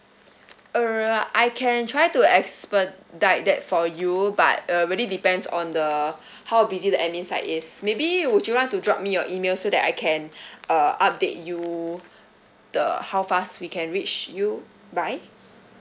err I can try to expedite that for you but err really depends on the how busy the admin side is maybe would you want to drop me your email so that I can err update you the how fast we can reach you by